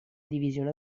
divisione